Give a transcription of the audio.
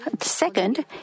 second